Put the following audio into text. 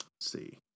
see